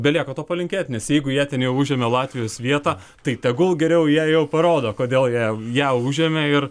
belieka to palinkėt nes jeigu jie ten jau užėmė latvijos vietą tai tegul geriau jei jau parodo kodėl jie ją užėmė ir